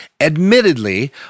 admittedly